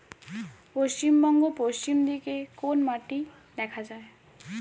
পশ্চিমবঙ্গ পশ্চিম দিকে কোন মাটি দেখা যায়?